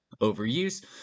overuse